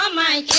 um my